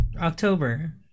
October